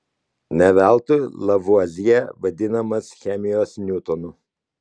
ne veltui lavuazjė vadinamas chemijos niutonu